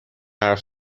حرف